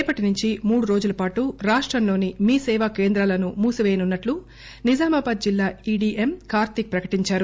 రేపటి నుంచి మూడు రోజుల పాటు రాష్టంలోని మీసేవా కేంద్రాలను మూసిపేయనున్నట్లు నిజామాబాద్ జిల్లా ఈడిఎం కార్తీక్ ప్రకటించారు